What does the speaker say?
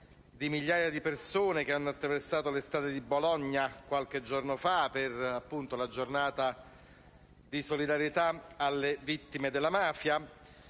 di migliaia di persone che hanno attraversato le strade di Bologna qualche giorno fa, per la giornata di solidarietà alle vittime della mafia.